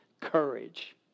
courage